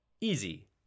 easy